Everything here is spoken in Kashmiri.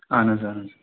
اَہَن حظ اَہَن حظ